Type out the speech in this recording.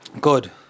Good